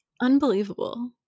Unbelievable